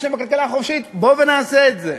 בשם הכלכלה החופשית בואו ונעשה את זה,